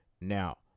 Now